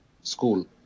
school